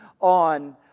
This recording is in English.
on